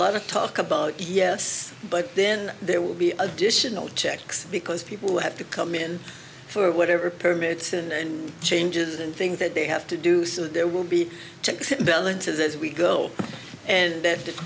lot of talk about yes but then there will be additional checks because people have to come in for whatever permits and changes and things that they have to do so there will be checks and balances as we go and that